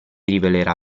rivelerà